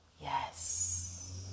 Yes